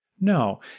No